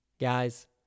Guys